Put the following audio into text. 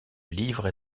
livre